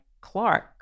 Clark